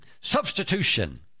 substitution